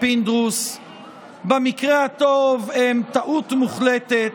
פינדרוס הם במקרה הטוב טעות מוחלטת